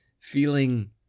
feeling